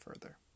further